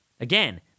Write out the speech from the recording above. Again